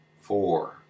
four